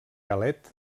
galet